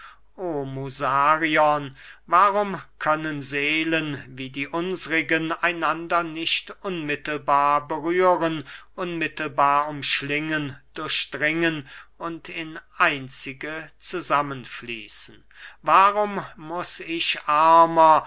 warum können seelen wie die unsrigen einander nicht unmittelbar berühren unmittelbar umschlingen durchdringen und in eine einzige zusammen fließen warum muß ich armer